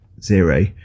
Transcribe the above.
zero